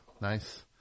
Nice